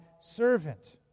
servant